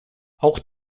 auch